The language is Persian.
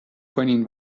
کنین